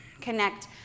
Connect